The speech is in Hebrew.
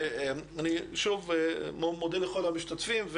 אני מודה לכל המשתתפים,